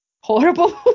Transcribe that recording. Horrible